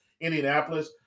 Indianapolis